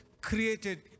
created